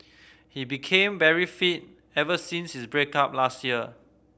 he became very fit ever since his break up last year